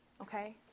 Okay